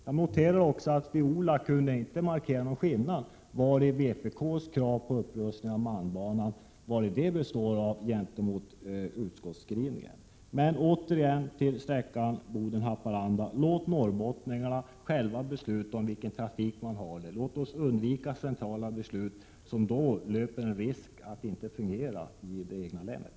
Jag noterar också att Viola Claesson inte kunde markera skillnaden mellan vpk:s krav på upprustning av malmbanan och utskottsskrivningen. Återigen till sträckan Boden-Haparanda: Låt norrbottningarna själva besluta om vilken trafik som man vill ha. Låt oss undvika centrala beslut, som medför risk för att det inte fungerar i det egna länet.